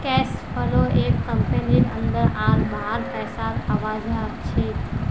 cash flow एक कंपनीर अंदर आर बाहर पैसार आवाजाही छे